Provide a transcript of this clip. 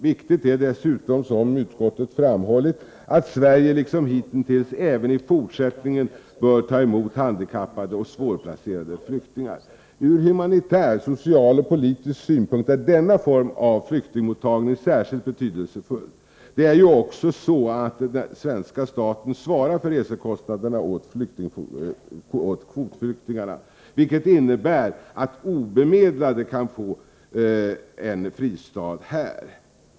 Viktigt är dessutom, som utskottet framhållit, att Sverige liksom hittills även i fortsättningen bör ta emot handikappade och svårplacerade flyktingar. Ur humanitär, social och politisk synpunkt är denna form av flyktingmottagning särskilt betydelsefull. Det är ju också så att svenska staten svarar för resekostnaderna åt kvotflyktingarna, vilket innebär att obemedlade kan få en fristad här.